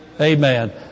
amen